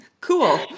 Cool